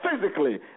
physically